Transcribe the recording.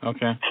Okay